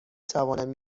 توانم